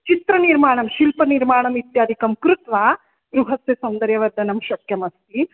चित्रनिर्माणं शिल्पनिर्माणम् इत्यादिकं कृत्वा गृहस्य सौन्दर्यवर्धनम् शक्यमस्ति